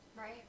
Right